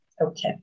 okay